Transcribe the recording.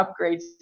upgrades